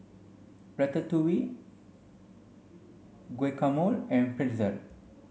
Ratatouille Guacamole and Pretzel